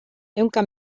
ehunka